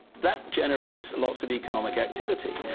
that generates and lots of economic activity.